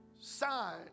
Sign